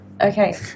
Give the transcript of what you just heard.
Okay